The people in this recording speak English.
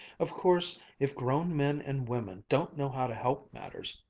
of course, if grown men and women don't know how to help matters,